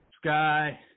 Sky